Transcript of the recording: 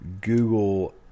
google